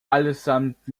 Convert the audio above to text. allesamt